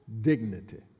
dignity